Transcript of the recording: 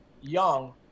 young